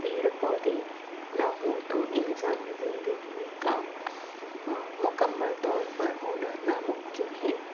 پیڑ پودے نہ ہوں تو انسانی زندگی کا مکمل طور پر ہونا ناممکن ہے